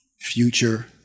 future